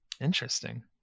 Interesting